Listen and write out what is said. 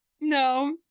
No